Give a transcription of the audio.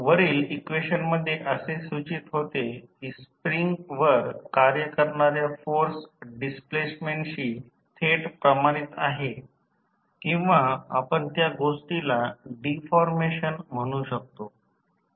वरील इक्वेशनमध्ये असे सूचित होते की स्प्रिंगवर कार्य करणारा फोर्स डिस्प्लेसमेंटशी थेट प्रमाणित आहे किंवा आपण त्या गोष्टीला डिफॉर्मेशन म्हणू शकतो